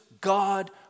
God